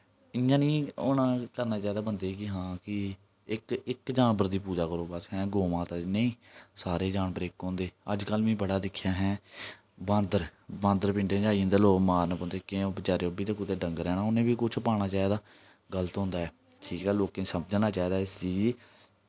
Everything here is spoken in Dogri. इ'यां निं होना करना चाहिदा बंदे गी हां कि इक इक जानवर दी पूजा करो बस गौऽ माता दी नेईं सारे जानवर इक होंदे अज्ज कल में बड़ा दिक्खेआ ऐ बांदर बांदर पिंडें च आई जंदे लोक मारन पौंदे ते बचारे ओह् बी कुतै डंगर ऐ ना उ'नें ई बी कुछ पाना चाहिदा गलत होंदा ऐ ठीक ऐ लोकें ई समझना चाहिदा इस चीज गी